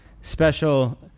special